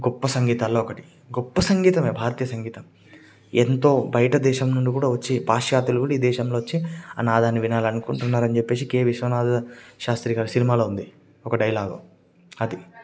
గొప్ప సంగీతాల్లో ఒకటి గొప్ప సంగీతమే భారతీయ సంగీతం ఎంతో బయటదేశం నుండి కూడ వచ్చి పాశ్చ్యత్తులు కూడ ఈ దేశంలో వచ్చి ఆ నాదాన్ని వినాలనుకుంటున్నారు అని చెప్పిసి కే విశ్వనాధ్ శాస్త్రిగారి సినిమాలో ఉంది ఒక డైలాగ్ అది